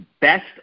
best